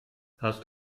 hast